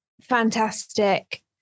fantastic